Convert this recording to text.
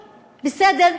בסדר,